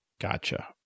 Gotcha